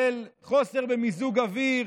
של חוסר במיזוג אוויר